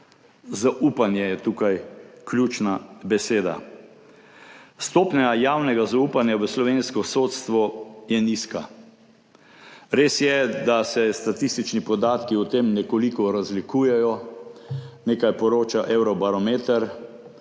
Zaupanje je tukaj ključna beseda. Stopnja javnega zaupanja v slovensko sodstvo je nizka. Res je, da se statistični podatki o tem nekoliko razlikujejo, nekaj poroča Evrobarometer,